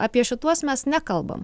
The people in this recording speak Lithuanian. apie šituos mes nekalbam